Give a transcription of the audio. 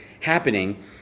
happening